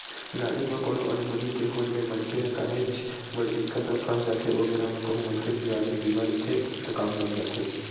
गाड़ी म कोनो अनहोनी के होय ले मनखे ह काहेच बड़ दिक्कत म फस जाथे ओ बेरा म कहूँ मनखे के गाड़ी ह बीमा रहिथे त काम बन जाथे